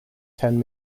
ten